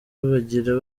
bagira